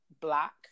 black